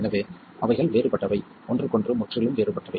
எனவே அவைகள் வேறுபட்டவை ஒன்றுக்கொன்று முற்றிலும் வேறுபட்டவை